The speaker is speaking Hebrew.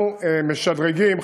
אנחנו משדרגים,